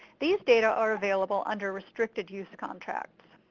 these data are available under restricted use contracts.